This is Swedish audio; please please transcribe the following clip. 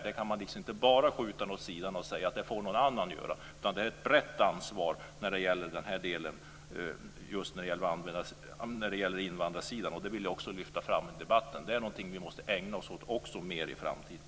Det går inte att bara skjuta åt sidan och säga att någon annan får göra det. Det är ett brett ansvar när det gäller invandrarsidan. Det vill jag lyfta fram i debatten. Vi måste ägna oss mer åt detta i framtiden.